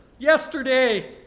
Yesterday